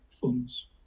funds